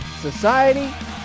society